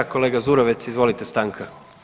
Kolega Zurovec izvolite stanka.